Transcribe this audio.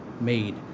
made